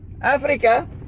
Africa